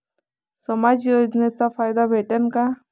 समाज योजनेचा फायदा भेटन का?